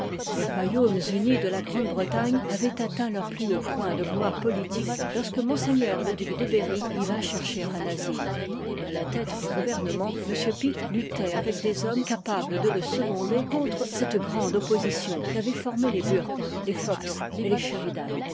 les royaumes unis de la grande-bretagne avoient atteint leur plus haut point de gloire politique lorsque mme duc de berry y vint chercher un asile a la tête du gouvernement m pitt luttoit avec des hommes capables de le seconder contre cette grande ppposition qu avoient formée les burke les fox et les sheridan